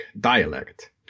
dialect